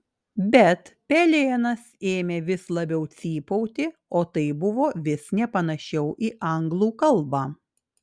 bet pelėnas ėmė vis labiau cypauti o tai buvo vis nepanašiau į anglų kalbą